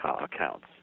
accounts